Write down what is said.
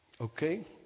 okay